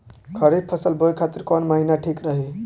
खरिफ फसल बोए खातिर कवन महीना ठीक रही?